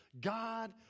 God